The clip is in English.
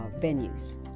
venues